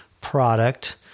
product